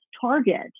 target